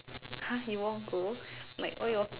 !huh! you won't go like all your